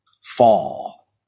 fall